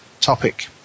topic